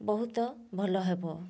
ବହୁତ ଭଲ ହେବ